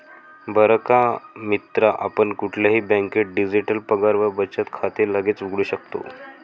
बर का मित्रा आपण कुठल्याही बँकेत डिजिटल पगार व बचत खाते लगेच उघडू शकतो